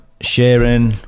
sharing